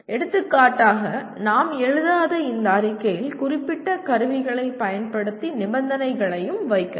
எடுத்துக்காட்டாக நாம் எழுதாத இந்த அறிக்கையில் குறிப்பிட்ட கருவிகளைப் பயன்படுத்தி நிபந்தனைகளையும் வைக்கலாம்